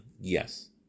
yes